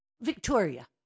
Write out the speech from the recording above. Victoria